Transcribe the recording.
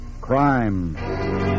Crime